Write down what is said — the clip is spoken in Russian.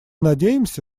надеемся